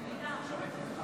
גם ההצבעה הזו שמית?